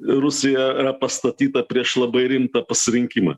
rusija yra pastatyta prieš labai rimtą pasirinkimą